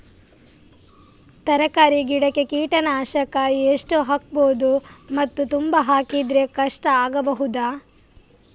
ತರಕಾರಿ ಗಿಡಕ್ಕೆ ಕೀಟನಾಶಕ ಎಷ್ಟು ಹಾಕ್ಬೋದು ಮತ್ತು ತುಂಬಾ ಹಾಕಿದ್ರೆ ಕಷ್ಟ ಆಗಬಹುದ?